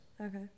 Okay